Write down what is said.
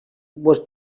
was